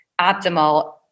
optimal